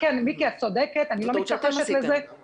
כן, מיקי, את צודקת, אני לא מתכחשת לזה.